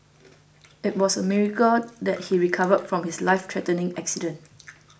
it was a miracle that he recovered from his lifethreatening accident